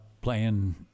playing